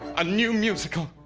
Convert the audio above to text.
a new musical.